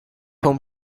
home